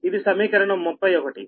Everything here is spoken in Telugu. ఇది సమీకరణం 31